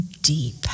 deep